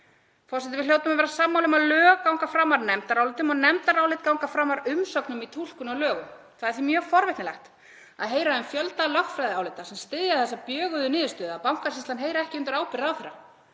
Forseti. Við hljótum að vera sammála um að lög ganga framar nefndarálitum og nefndarálit ganga framar umsögnum í túlkun á lögum. Það er því mjög forvitnilegt að heyra um fjölda lögfræðiálita sem styðja þessa bjöguðu niðurstöðu, að Bankasýslan heyri ekki undir ábyrgð ráðherra.